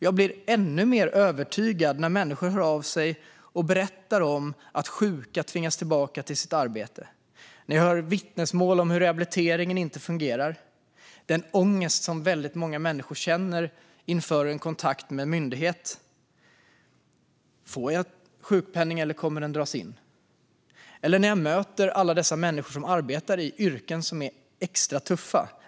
Jag blir ännu mer övertygad när människor hör av sig och berättar att sjuka tvingas tillbaka till sitt arbete, och när jag hör vittnesmål om att rehabiliteringen inte fungerar och om den ångest som väldigt många människor känner inför en kontakt med en myndighet. Får jag sjukpenning, eller kommer den att dras in? Jag möter alla dessa människor som arbetar i yrken som är extra tuffa.